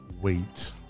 wait